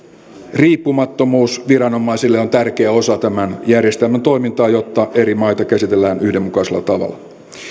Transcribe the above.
riippumattomuus viranomaisille on tärkeä osa tämän järjestelmän toimintaa jotta eri maita käsitellään yhdenmukaisella tavalla